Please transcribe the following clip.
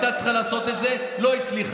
הייתה צריכה לעשות את זה, לא הצליחה.